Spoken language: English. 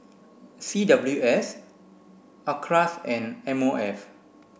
C W S Acres and M O F